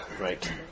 right